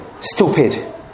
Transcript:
Stupid